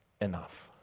enough